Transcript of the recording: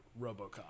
RoboCop